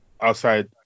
outside